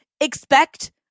expect